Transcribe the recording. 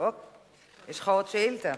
יש לך עוד שאילתא.